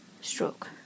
stroke